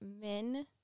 men